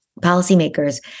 policymakers